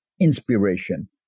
inspiration